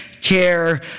care